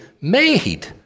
made